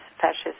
fascist